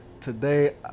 today